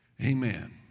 Amen